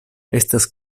estas